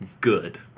good